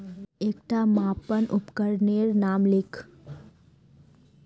एकटा मापन उपकरनेर नाम लिख?